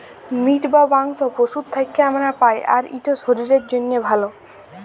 meet বা মাংস পশুর থ্যাকে আমরা পাই, আর ইট শরীরের জ্যনহে ভাল